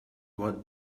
what